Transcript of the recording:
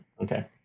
okay